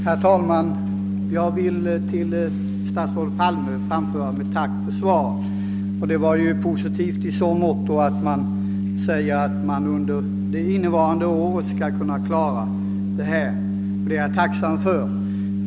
Herr talman! Jag vill till statsrådet Palme framföra mitt tack för svaret, som var positivt i så måtto att det redovisade att televerket under innevarande budgetår skall kunna klara av saken. Det är jag tacksam för.